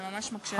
זה ממש מקשה על,